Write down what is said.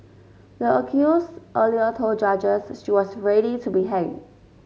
the accused earlier told judges she was ready to be hanged